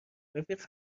رفیق